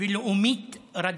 ולאומית רדיקלית.